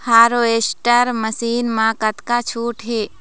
Harvester machine मा कतका छूट हे?